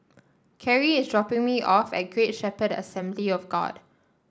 Carry is dropping me off at Great Shepherd Assembly of God